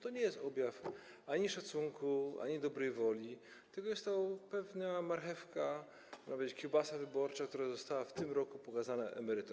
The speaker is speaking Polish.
To nie jest objaw ani szacunku, ani dobrej woli, tylko jest to pewna marchewka, nawet kiełbasa wyborcza, która została w tym roku pokazana emerytom.